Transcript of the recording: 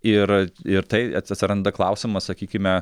ir ir tai atsiranda klausimas sakykime